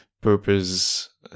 purpose